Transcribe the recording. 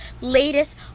latest